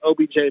OBJ